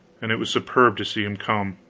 and it was superb to see him come.